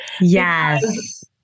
Yes